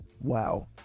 Wow